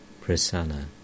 Prasanna